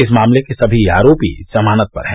इस मामले के समी आरोपी जमानत पर हैं